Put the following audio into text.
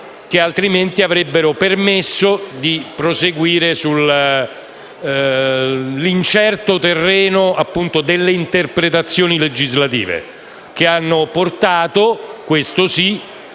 che altrimenti avrebbero permesso di proseguire sull'incerto terreno delle interpretazioni legislative, che hanno portato non